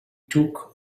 took